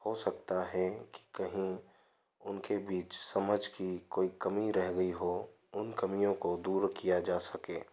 हो सकता है कि कहीं उनके बीच समझ की कोई कमी रह गई हो उन कमियों को दूर किया जा सके